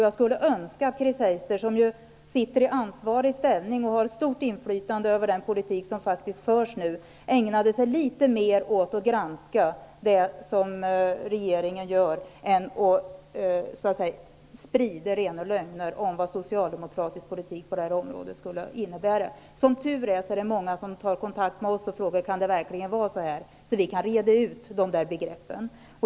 Jag skulle önska att Chris Heister, som sitter i ansvarig ställning och har ett stort inflytande över den politik som faktiskt förs nu, ägnade sig litet mera åt att granska vad regeringen gör än åt att sprida rena lögner om vad socialdemokratisk politik skulle innebära på det här området. Som tur är tar många kontakt med oss och frågar om det verkligen kan vara så här. Då kan vi reda ut begreppen.